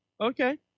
Okay